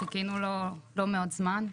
חיכינו לו לא מעט זמן.